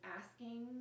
asking